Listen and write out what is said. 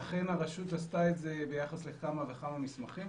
ואכן הרשות את זה ביחס לכמה וכמה מסמכים.